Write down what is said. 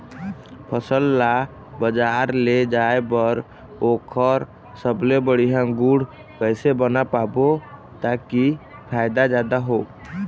फसल ला बजार ले जाए बार ओकर सबले बढ़िया गुण कैसे बना पाबो ताकि फायदा जादा हो?